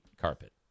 carpet